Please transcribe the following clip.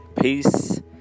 peace